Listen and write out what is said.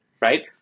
right